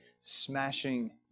smashing